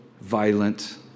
violent